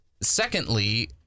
Secondly